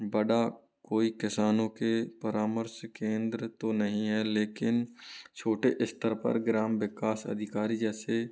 बड़ा कोई किसानों के परामर्श केंद्र तो नहीं है लेकिन छोटे स्तर पर ग्राम विकास अधिकारी जैसे